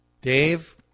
Dave